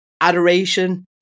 adoration